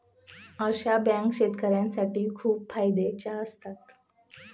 अशा बँका शेतकऱ्यांसाठी खूप फायद्याच्या असतात